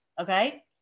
Okay